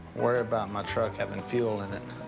worry about my truck having fuel in it.